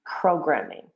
programming